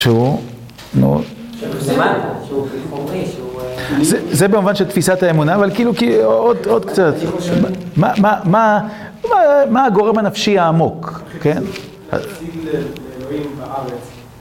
הוא חומרי. שהוא מאוד, זה במובן של תפיסת האמונה, אבל כאילו כי עוד קצת, מה הגורם הנפשי העמוק? כן, אלוהים, בארץ